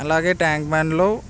అలాగే ట్యాంక్ బండ్లు